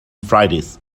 fridays